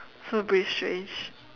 so a bit strange